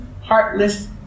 heartless